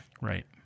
Right